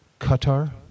qatar